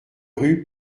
rue